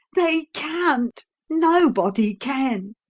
they can't nobody can!